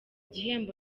gihembo